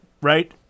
right